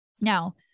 Now